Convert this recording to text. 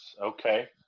Okay